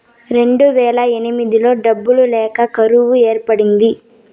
రెండువేల ఎనిమిదిలో డబ్బులు లేక కరువు ఏర్పడింది